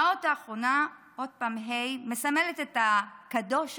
האות האחרונה, עוד פעם ה', מסמלת את הקדוש המעונה.